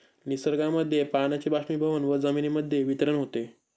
निसर्गामध्ये पाण्याचे बाष्पीभवन व जमिनीमध्ये वितरण होते